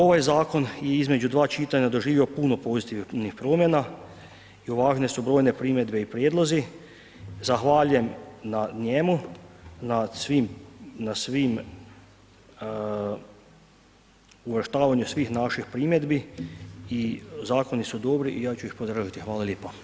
Ovaj zakon i između dva čitanja je doživio puno pozitivnih promjena i uvažene su brojne primjedbe i prijedlozi, zahvaljujem na njemu, na svim, uvrštavanju svih naših primjedbi i zakoni su dobri i ja ću ih podržati, hvala lijepa.